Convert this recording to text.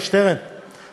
יושב-ראש ועדת העבודה,